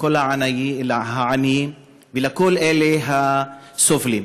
לכל העניים ולכל אלה הסובלים.